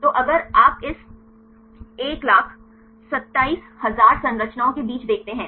तो अगर आप इस 127000 संरचनाओं के बीच देखते हैं